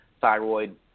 thyroid